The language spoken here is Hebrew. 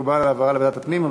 מקובל העברה לוועדת הפנים.